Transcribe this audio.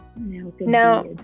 now